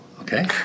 Okay